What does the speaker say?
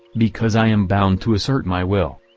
because i am bound to assert my will.